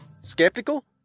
Skeptical